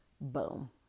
boom